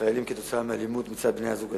ישראלים כתוצאה מאלימות מצד בני-הזוג הישראלים,